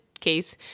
case